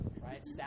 right